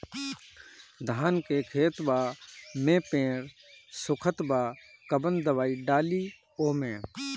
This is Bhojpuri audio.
धान के खेतवा मे पेड़ सुखत बा कवन दवाई डाली ओमे?